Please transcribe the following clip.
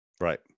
right